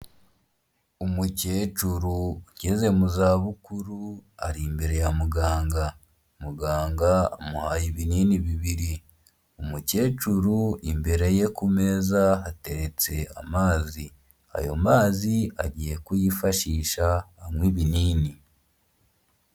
Umukecuru ugeze mu za bukuru ari imbere ya muganga, muganga amuhaye ibinini bibiri, umukecuru imbere ye ku meza hateretse amazi, ayo mazi agiye kuyifashisha anywa ibinini.